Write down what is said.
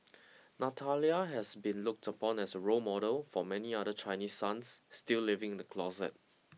Natalia has been looked upon as a role model for many other Chinese sons still living in the closet